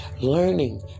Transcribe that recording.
learning